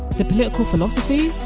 the political philosophy?